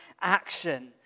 action